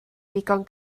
ddigon